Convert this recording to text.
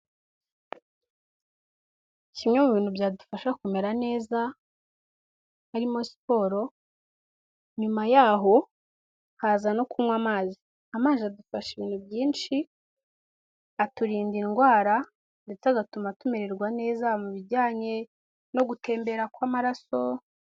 Kimwe mu bintu byadufasha kumera neza harimo siporo, nyuma yaho haza no kunywa amazi, amazi adufasha ibintu byinshi aturinda indwara ndetse agatuma tumererwa neza mu bijyanye no gutembera kw'amaraso.